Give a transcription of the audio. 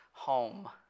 home